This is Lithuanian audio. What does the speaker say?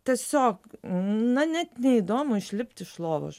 tiesiog na net neįdomu išlipti iš lovos